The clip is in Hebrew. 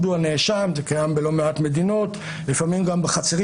או הנאשם זה קיים בלא מעט מדינות לפעמים גם בחצרים